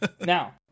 Now